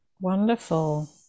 Wonderful